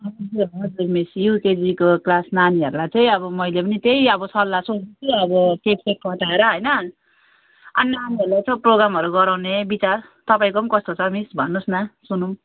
हजुर हजुर मिस युकेजीको क्लास नानीहरूलाई चाहिँ अब मैले पनि त्यही अब सल्लाह सोच्दै छु अब केकसेक कटाएर होइन नानीहरूलाई यसो प्रोग्राम गराउने बिचार तपाईँको पनि कस्तो छ मिस भन्नुहोस् न सुनौँ